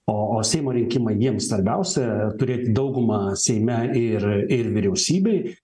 o o seimo rinkimai jiems svarbiausia turėti daugumą seime ir ir vyriausybėj